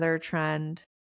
trend